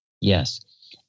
Yes